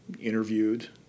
interviewed